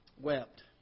wept